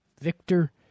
Victor